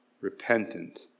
repentant